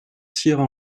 sierra